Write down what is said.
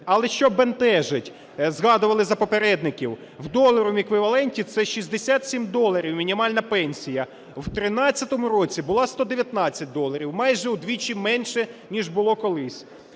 Але що бентежить? Згадували за попередників. В доларовому еквіваленті це 67 доларів мінімальна пенсія, в 13-му році була 119 доларів, майже вдвічі менше ніж було колись.